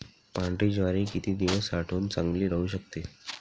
पांढरी ज्वारी किती दिवस साठवून चांगली राहू शकते?